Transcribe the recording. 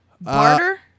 Barter